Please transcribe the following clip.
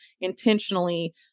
intentionally